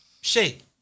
shape